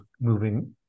moving